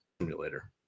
simulator